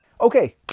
Okay